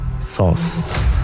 sauce